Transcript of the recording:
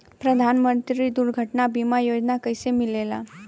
प्रधानमंत्री दुर्घटना बीमा योजना कैसे मिलेला?